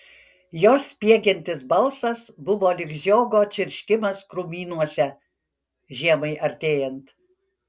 jos spiegiantis balsas buvo lyg žiogo čirškimas krūmynuose žiemai artėjant